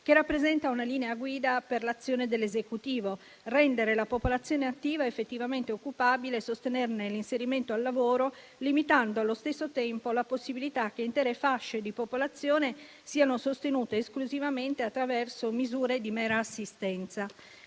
che rappresenta una linea guida per l'azione dell'Esecutivo: rendere la popolazione attiva effettivamente occupabile e sostenerne l'inserimento al lavoro limitando, allo stesso tempo, la possibilità che intere fasce di popolazione siano sostenute esclusivamente attraverso misure di mera assistenza.